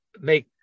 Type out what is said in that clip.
make